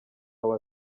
wawe